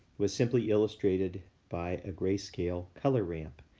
was simply illustrated by a grayscale color ramp.